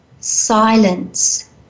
silence